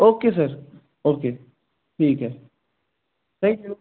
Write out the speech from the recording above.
okay sir okay ठीक आहे thank you